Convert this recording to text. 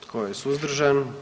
Tko je suzdržan?